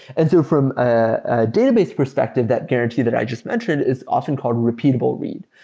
and so from a database perspective, that guarantee that i just mentioned is often called repeatable read.